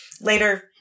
later